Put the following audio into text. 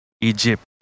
Egypt